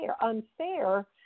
unfair